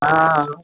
हा